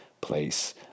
place